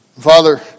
Father